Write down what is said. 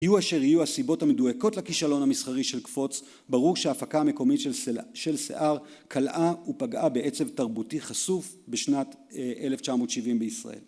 יהיו אשר יהיו הסיבות המדוייקות לכישלון המסחרי של קפוץ ברור שההפקה המקומית של שיער קלעה ופגעה בעצב תרבותי חשוף בשנת 1970 בישראל